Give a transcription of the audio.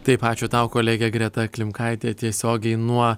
taip ačiū tau kolegė greta klimkaitė tiesiogiai nuo